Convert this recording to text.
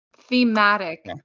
thematic